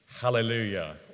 Hallelujah